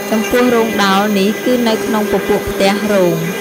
ចំពោះ រោងដោលនេះគឺនៅក្នុងពពួកផ្ទះ “រោង”។